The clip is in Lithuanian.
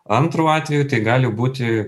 antru atveju tai gali būti